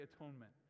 atonement